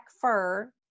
fur